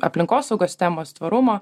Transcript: aplinkosaugos temos tvarumo